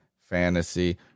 Fantasy